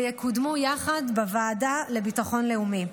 ויקודמו יחד בוועדה לביטחון לאומי.